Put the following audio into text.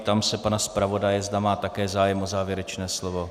Ptám se pana zpravodaje, zda má také zájem o závěrečné slovo.